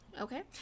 Okay